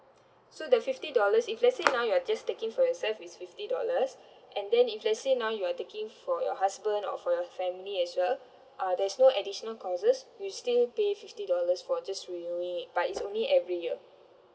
so the fifty dollars if let's say now you are just taking for yourself it's fifty dollars and then if let's say now you are taking for your husband or for your family as well uh there's no additional costs you still pay fifty dollars for just renewing it but it's only every year